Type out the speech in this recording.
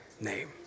name